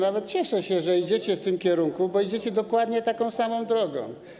Nawet cieszę się, że idziecie w tym kierunku, bo idziecie dokładnie tą samą drogą.